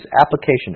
application